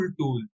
tool